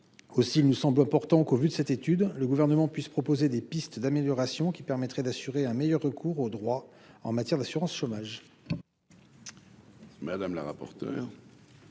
aussi, il nous semble important qu'au vu de cette étude, le gouvernement puisse proposer des pistes d'amélioration qui permettrait d'assurer un meilleur recours au droit en matière d'assurance chômage.